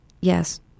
yes